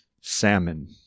salmon